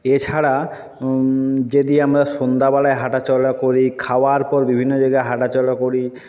এছাড়া যদি আমরা সন্ধ্যাবেলায় হাঁটাচলা করি খাওয়ার পর বিভিন্ন জায়গায় হাঁটাচলা করি